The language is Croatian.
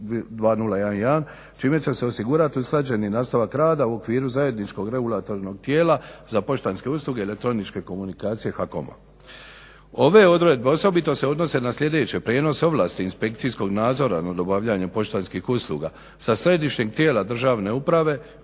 čime će se osigurati usklađeni nastavak rada u okviru zajedničkog regulatornog tijela za poštanske usluge elektroničke komunikacije HAKOM-a. Ove odredbe osobito se odnose na sljedeće: prijenos ovlasti inspekcijskog nadzora nad obavljanjem poštanskih usluga sa središnjeg tijela državne uprave